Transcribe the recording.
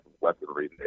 weaponry